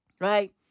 right